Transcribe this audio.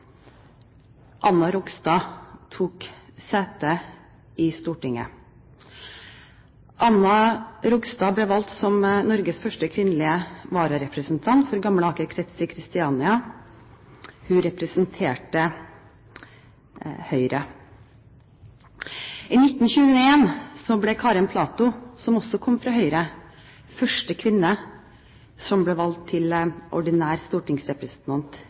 Anna Rogstad, tok sete i Stortinget. Anna Rogstad ble valgt som Norges første kvinnelige vararepresentant for Gamle Aker krets i Kristiania. Hun representerte Høyre. I 1921 ble Karen Platou, som også kom fra Høyre, første kvinne som ble valgt til ordinær stortingsrepresentant